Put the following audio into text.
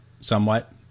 somewhat